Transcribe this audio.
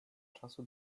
czasu